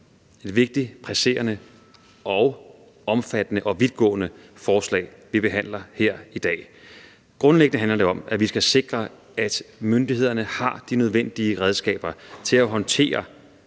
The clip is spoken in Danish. et vigtigt, presserende, omfattende og vidtgående forslag, vi behandler her i dag. Grundlæggende handler det om, at vi skal sikre, at myndighederne har de nødvendige redskaber til at håndtere